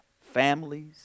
families